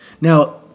Now